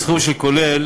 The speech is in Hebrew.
בסכום כולל